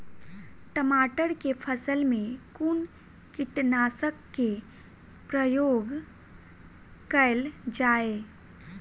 टमाटर केँ फसल मे कुन कीटनासक केँ प्रयोग कैल जाय?